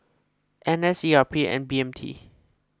N S E R P and B M T